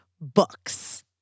books